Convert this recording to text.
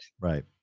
right